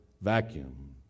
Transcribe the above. vacuum